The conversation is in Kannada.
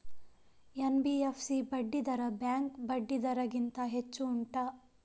ಎನ್.ಬಿ.ಎಫ್.ಸಿ ಬಡ್ಡಿ ದರ ಬ್ಯಾಂಕ್ ಬಡ್ಡಿ ದರ ಗಿಂತ ಹೆಚ್ಚು ಉಂಟಾ